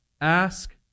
Ask